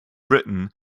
britain